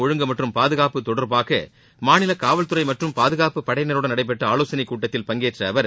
ஒழுங்கு மற்றம் பாதுகாப்பு தொடர்பாக மாநில காவல் துறை மற்றம் பாதுகாப்பு படையினருடன் நடைபெற்ற ஆலோசனைக் கூட்டத்தில் பங்கேற்ற அவர்